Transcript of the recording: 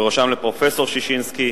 ובראשם לפרופסור ששינסקי,